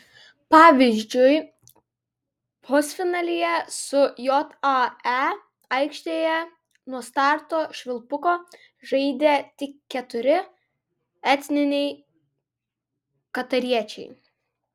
pavyzdžiui pusfinalyje su jae aikštėje nuo starto švilpuko žaidė tik keturi etniniai katariečiai